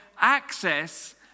access